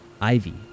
Ivy